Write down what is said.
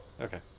Okay